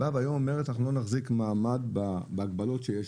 באה ואומרת שהיא לא תחזיק מעמד בהגבלות שיש